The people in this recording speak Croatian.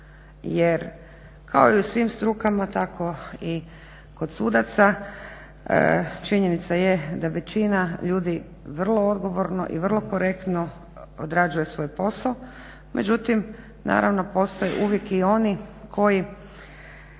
jer kao i u svim strukama tako i kod sudaca činjenica je da većina ljudi vrlo odgovorno i vrlo korektno odrađuje svoj posao. Međutim naravno postoje uvijek i oni koji